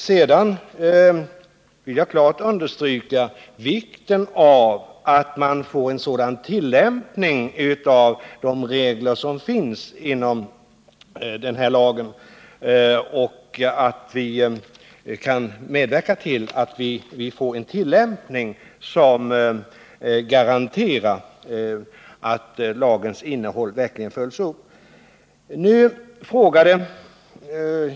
Vidare vill jag starkt understryka vikten av att de gällande reglerna tillämpas på ett sådant sätt att lagens innehåll verkligen kommer till sin rätt.